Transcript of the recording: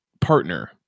partner